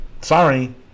Sorry